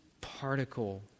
particle